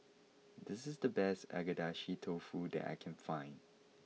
this is the best Agedashi Dofu that I can find